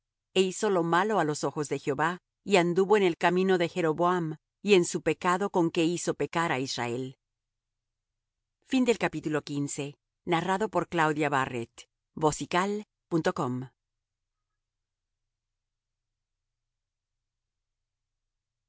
e hizo lo malo á los ojos de jehová y anduvo en el camino de jeroboam y en su pecado con que hizo pecar á israel y fué